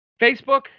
Facebook